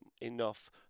enough